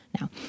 Now